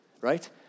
Right